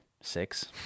six